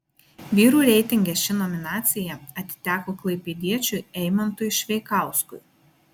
vyrų reitinge ši nominacija atiteko klaipėdiečiui eimantui šveikauskui